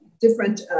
different